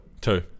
two